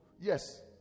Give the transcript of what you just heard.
yes